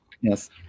Yes